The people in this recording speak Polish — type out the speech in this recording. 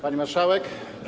Pani Marszałek!